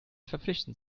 verpflichtend